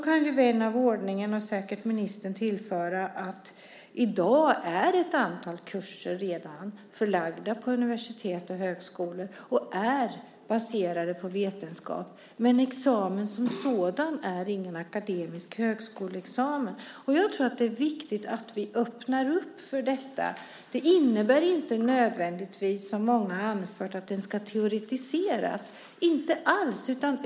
Vän av ordning och säkert ministern kan då tillföra att i dag är redan ett antal kurser förlagda på universitet och högskolor och är baserade på vetenskap. Men examen som sådan är ingen akademisk högskoleexamen. Jag tror att det är viktigt att vi öppnar för det. Det innebär inte nödvändigtvis som många har anfört att utbildningen ska teoretiseras. Så är det inte alls.